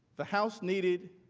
the house needed